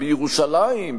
בירושלים,